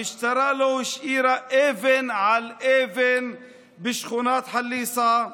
המשטרה לא השאירה אבן על אבן בשכונת חליסה,